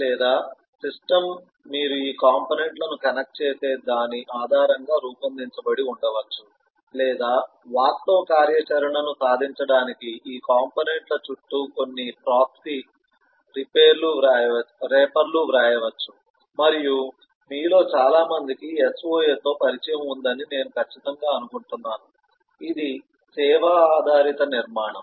లేదా సిస్టమ్ మీరు ఈ కంపోనెంట్ లను కనెక్ట్ చేసే దాని ఆధారంగా రూపొందించబడి ఉండవచ్చు లేదా వాస్తవ కార్యాచరణను సాధించడానికి ఈ కంపోనెంట్ ల చుట్టూ కొన్ని ప్రాక్సీ రేపర్లు వ్రాయవచ్చు మరియు మీలో చాలా మందికి SOA తో పరిచయం ఉందని నేను ఖచ్చితంగా అనుకుంటున్నాను ఇది సేవా ఆధారిత నిర్మాణం